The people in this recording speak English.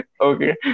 Okay